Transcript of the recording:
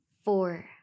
Four